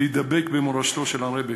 לדבוק במורשתו של הרעבע,